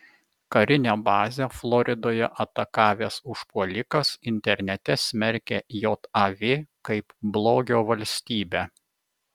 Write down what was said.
karinę bazę floridoje atakavęs užpuolikas internete smerkė jav kaip blogio valstybę